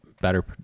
better